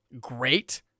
great